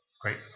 Great